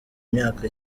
myaka